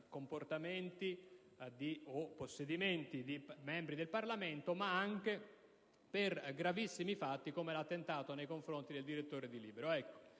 comportamenti o possedimenti di membri del Parlamento, ma anche per gravissimi fatti come l'attentato nei confronti del direttore di "Libero".